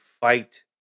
fight